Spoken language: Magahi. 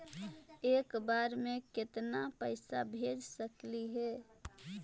एक बार मे केतना पैसा भेज सकली हे?